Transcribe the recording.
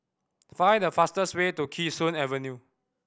find the fastest way to Kee Sun Avenue